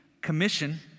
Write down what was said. commission